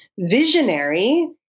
visionary